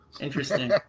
Interesting